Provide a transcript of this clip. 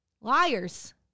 Liars